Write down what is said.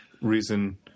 reason